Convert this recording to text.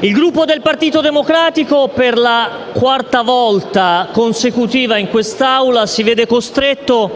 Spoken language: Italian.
Il Gruppo Partito Democratico per la quarta volta consecutiva in quest'Aula si vede costretto